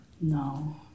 No